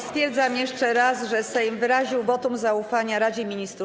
Stwierdzam jeszcze raz, że Sejm wyraził wotum zaufania Radzie Ministrów.